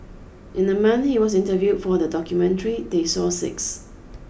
in the month he was interviewed for the documentary they saw six